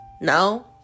No